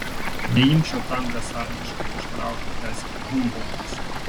neimčiau tam besąlygiškai prieštarauti tęsė humboltas